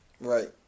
Right